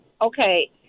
Okay